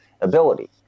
ability